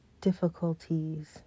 difficulties